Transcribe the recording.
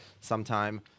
sometime